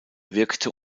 wirkte